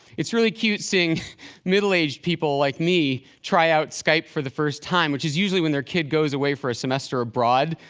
it's really cute seeing middle-aged people like me, try out skype for the first time, which is usually when their kid goes away for a semester abroad.